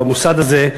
המוסד הזה,